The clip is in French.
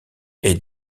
est